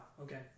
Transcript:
Okay